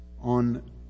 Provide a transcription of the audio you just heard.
on